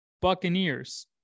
Buccaneers